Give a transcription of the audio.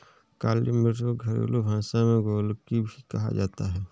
काली मिर्च को घरेलु भाषा में गोलकी भी कहा जाता है